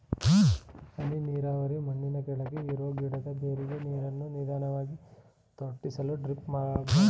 ಹನಿ ನೀರಾವರಿ ಮಣ್ಣಿನಕೆಳಗೆ ಇರೋ ಗಿಡದ ಬೇರಿಗೆ ನೀರನ್ನು ನಿಧಾನ್ವಾಗಿ ತೊಟ್ಟಿಸಲು ಡ್ರಿಪ್ ಬಳಸ್ತಾರೆ